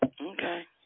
Okay